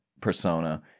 persona